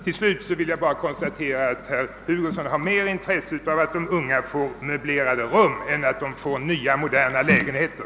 Till slut vill jag bara konstatera att herr Hugosson har större intresse av att de unga får möblerade rum än av att de får nya, moderna lägenheter.